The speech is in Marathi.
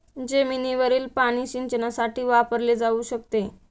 जमिनीवरील पाणी सिंचनासाठी वापरले जाऊ शकते